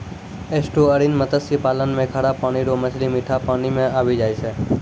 estuarine मत्स्य पालन मे खारा पानी रो मछली मीठा पानी मे आबी जाय छै